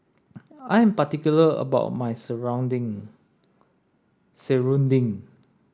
I am particular about my Serunding